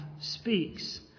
speaks